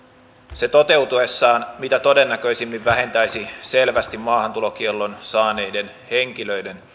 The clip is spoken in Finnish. se toteutuessaan mitä todennäköisimmin vähentäisi selvästi maahantulokiellon saaneiden henkilöiden